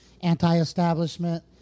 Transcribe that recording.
anti-establishment